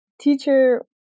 teacher